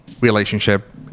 relationship